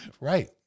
Right